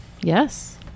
Yes